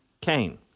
Cain